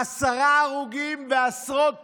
עשרה הרוגים ועשרות פצועים,